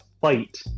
fight